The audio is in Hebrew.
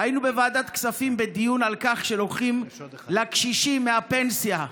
היינו בוועדת כספים בדיון על כך שלוקחים לקשישים מהפנסיה.